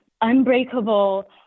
unbreakable